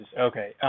okay